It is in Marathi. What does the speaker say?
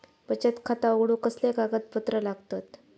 बचत खाता उघडूक कसले कागदपत्र लागतत?